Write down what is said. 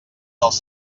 dels